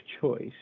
choice